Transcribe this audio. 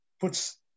puts